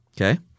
okay